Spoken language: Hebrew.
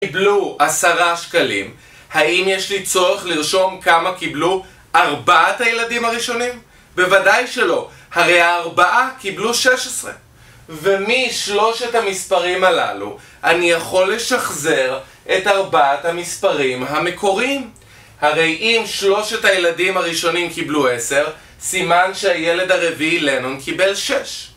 קיבלו עשרה שקלים, האם יש לי צורך לרשום כמה קיבלו ארבעת הילדים הראשונים? בוודאי שלא, הרי הארבעה קיבלו שש עשרה ומשלושת המספרים הללו, אני יכול לשחזר את ארבעת המספרים המקוריים הרי אם שלושת הילדים הראשונים קיבלו עשר, סימן שהילד הרביעי לנון קיבל שש